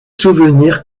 souvenirs